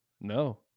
No